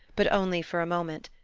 but only for a moment.